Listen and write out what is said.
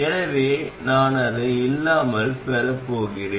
எனவே நான் அதை இல்லாமல் பெறப் போகிறேன்